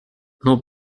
nur